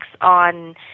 on